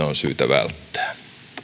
on syytä välttää